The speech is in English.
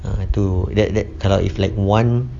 ah itu that that kalau if like one